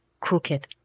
crooked